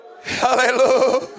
Hallelujah